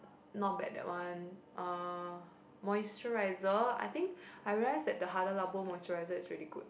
not bad that one uh moisturizer I think I realize that the Hada Labo moisturizer is very good